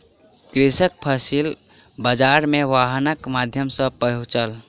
कृषक फसिल बाजार मे वाहनक माध्यम सॅ पहुँचल